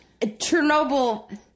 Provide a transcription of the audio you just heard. Chernobyl